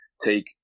take